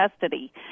custody